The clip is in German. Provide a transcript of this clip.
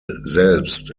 selbst